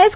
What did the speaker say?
S